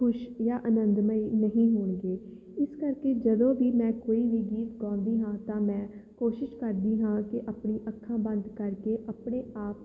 ਖੁਸ਼ ਜਾਂ ਆਨੰਦਮਈ ਨਹੀਂ ਹੋਣਗੇ ਇਸ ਕਰਕੇ ਜਦੋਂ ਵੀ ਮੈਂ ਕੋਈ ਵੀ ਗੀਤ ਗਾਉਂਦੀ ਹਾਂ ਤਾਂ ਮੈਂ ਕੋਸ਼ਿਸ਼ ਕਰਦੀ ਹਾਂ ਕਿ ਆਪਣੀ ਅੱਖਾਂ ਬੰਦ ਕਰਕੇ ਆਪਣੇ ਆਪ